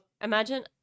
Imagine